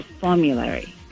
formulary